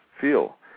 feel